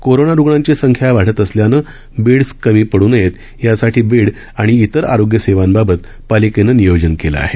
corona रुग्णांची संख्या वाढत असल्यानं बेड कमी पड्र नयेत यासाठी बेड आणि इतर आरोग्यसेवांबाबत पालिकेनं नियोजन केलं आहे